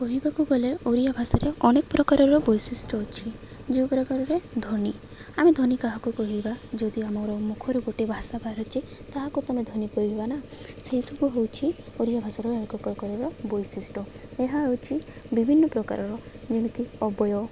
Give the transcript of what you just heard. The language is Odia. କହିବାକୁ ଗଲେ ଓରିଆ ଭାଷାରେ ଅନେକ ପ୍ରକାରର ବୈଶିଷ୍ଟ୍ୟ ଅଛି ଯେଉଁ ପ୍ରକାରରେ ଧ୍ଵନି ଆମେ ଧ୍ୱନି କାହାକୁ କହିବା ଯଦି ଆମର ମୁଖରୁ ଗୋଟେ ଭାଷା ବାହାରିଛି ତାହାକୁ ତ ଆମେ ଧ୍ଵନି କହିବା ନା ସେଇସବୁ ହେଉଛିି ଓଡ଼ିଆ ଭାଷାର ଅନେକ ପ୍ରକାରର ବୈଶିଷ୍ଟ୍ୟ ଏହା ହେଉଛି ବିଭିନ୍ନ ପ୍ରକାରର ଯେମିତି ଅବୟ